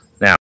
Now